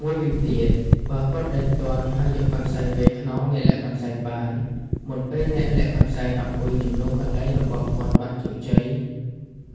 មួយវិញទៀត បើគាត់ដេញទាន់ ហើយយកកន្សែងវាយខ្នងអ្នកលាក់កន្សែងបាន មុនពេលអ្នកលាក់កន្សែងអង្គុយជំនួសកន្លែងរបស់គាត់បានជោគជ័យ